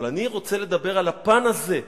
אבל אני רוצה לדבר על הפן הזה.